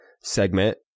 segment